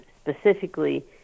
specifically